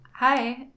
Hi